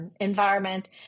environment